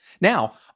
Now